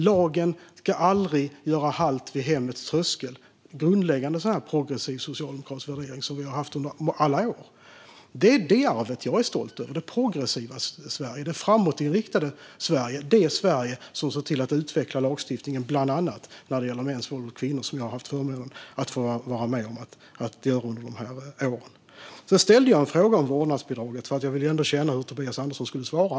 Lagen ska aldrig göra halt vid hemmets tröskel - det är en grundläggande progressiv socialdemokratisk värdering som vi har haft under alla år. Det är det arvet jag är stolt över: det progressiva Sverige, det framåtinriktade Sverige, det Sverige som ser till att utveckla lagstiftningen bland annat när det gäller mäns våld mot kvinnor, vilket jag har haft förmånen att få vara med och göra under de här åren. Jag ställde en fråga om vårdnadsbidraget eftersom jag ville se hur Tobias Andersson skulle svara.